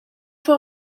fue